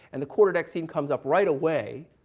and the quarter deck scene comes up right away.